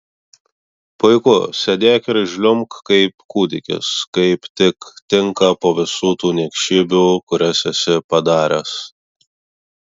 puiku sėdėk ir žliumbk kaip kūdikis kaip tik tinka po visų tų niekšybių kurias esi padaręs